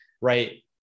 right